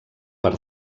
per